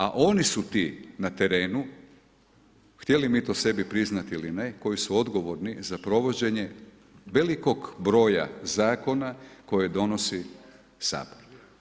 A oni su ti na terenu, htjeli mi to sebi priznati ili ne, koji su odgovorni za provođenje velikog broja zakona, koje donosi Sabor.